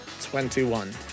Twenty-one